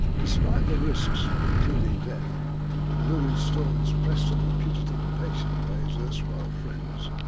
despite the risks, including death and lurid stories pressed on the putative patient by his erstwhile friends,